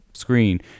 screen